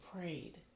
prayed